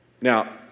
Now